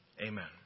Amen